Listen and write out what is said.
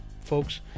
folks